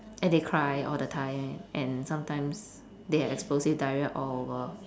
and they cry all the time and sometimes they have explosive diarrhoea all over